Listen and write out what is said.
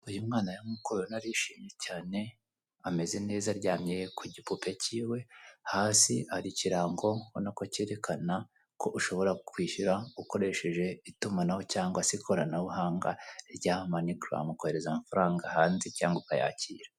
Uyu mwana rero nk'uko mubibona arishimye cyane, ameze neza aryamye ku gipupe kiwe, hasi hari ikirango ubona ko cyerekana ko ushobora kwishyura ukoresheje itumanaho cyangwase ikoranabuhanga rya MoneyGram ukohereza amafaranga hanze cyangwa ukayakira.